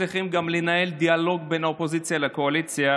אבל במידה מסוימת,